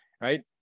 right